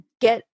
get